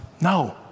No